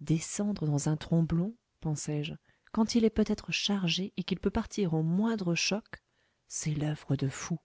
descendre dans un tromblon pensai-je quand il est peut-être chargé et qu'il peut partir au moindre choc c'est l'oeuvre de fous